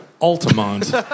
Altamont